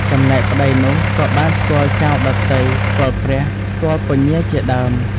ចំណែកប្តីនោះក៏បានស្គាល់ចៅដទៃ ស្គាល់ព្រះ ស្គាល់ពញាជាដើម។